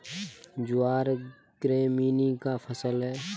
ज्वार ग्रैमीनी का फसल है